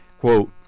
Quote